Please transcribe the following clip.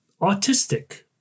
autistic